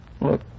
Look